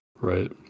right